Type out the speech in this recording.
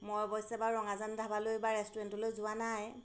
মই অৱশ্যে বাৰু ৰঙাজান ধাবালৈ বা ৰেষ্টুৰেণ্টলৈ যোৱা নাই